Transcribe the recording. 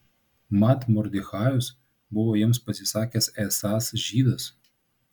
mat mordechajas buvo jiems pasisakęs esąs žydas